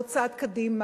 עוד צעד קדימה,